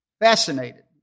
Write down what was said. Fascinated